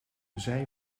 zij